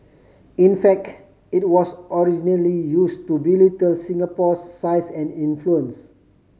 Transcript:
in fact it was originally use to belittle Singapore size and influence